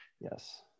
Yes